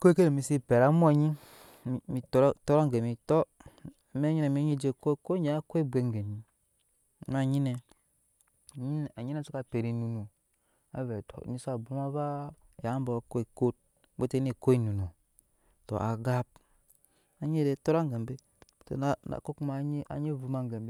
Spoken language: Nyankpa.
koweke enbise tot amɔnyi bi tɔ mɛk nyine minyi je ko kodnɛɛ wa ko ebwe geni amma yine saka pet innunu wa vɛɛ ni sa bwoma ba ya bɔɔ ko ikot bete nni ko enunu to agap anyi je tot gehe ko kuma anyi vum angebe.